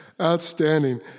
Outstanding